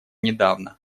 недавно